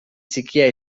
txikia